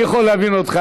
אני יכול להבין אותך,